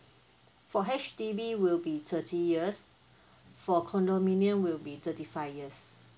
for H_D_B will be thirty years for condominium will be thirty five years